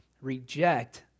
reject